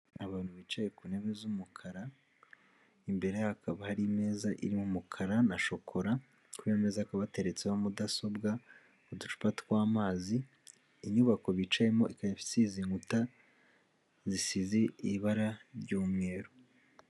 Abantu bicaye ku ntebe z'umukara imbere hakaba hari imeza irimo umukara na shokora, kuri iyomeza ko hakaba hateretseho mudasobwa, uducupa tw'amazi, inyubako bicayemo ikaya isize inkuta zisize ibara ry'umweru.